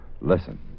Listen